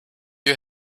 you